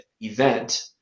event